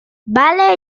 vale